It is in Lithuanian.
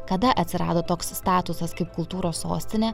kada atsirado toks statusas kaip kultūros sostinė